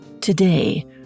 Today